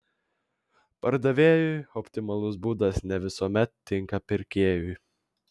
pardavėjui optimalus būdas ne visuomet tinka pirkėjui